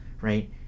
right